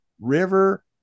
River